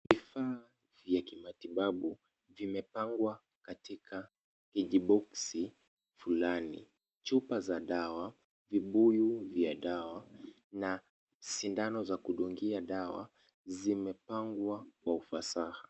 Vifaa vya kimatibabu vimepangwa katika vijiboksi fulani. Chupa za dawa, vibuyu vya dawa na sindano za kudungia dawa zimepangwa kwa ufasaha.